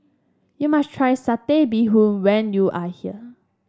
you must try Satay Bee Hoon when you are here